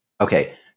Okay